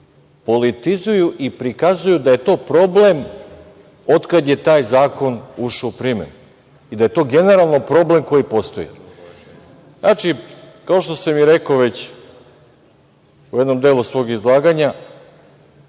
politizuju i prikazuju da je to problem otkad je taj zakon ušao u primenu i da je to generalno problem koji postoji. Znači, kao što sam i rekao već u jednom delu svog izlaganja,